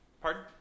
Pardon